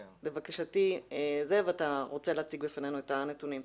לבקשתי אתה עשית מחקר ואתה רוצה להציג בפנינו את הנתונים.